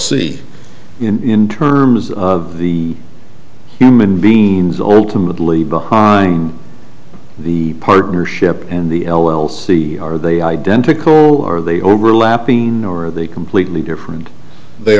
c in terms of the human bein's ultimately behind the partnership and the l l c are they identical are they overlapping nor are they completely different they